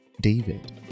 David